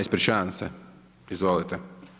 Ispričavam se, izvolite.